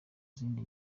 zindi